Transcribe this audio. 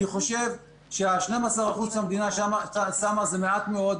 אני חושב ש- 12% שהמדינה שמה זה מעט מאוד.